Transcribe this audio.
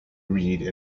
read